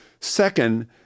Second